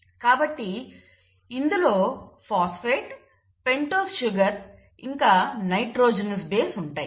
కాబట్టి ఇందులో phosphate pentose sugar ఇంకా నైట్రోజెనోస్ బేస్ ఉంటాయి